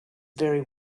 very